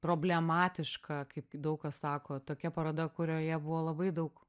problematiška kaip daug kas sako tokia paroda kurioje buvo labai daug